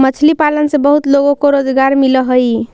मछली पालन से बहुत लोगों को रोजगार मिलअ हई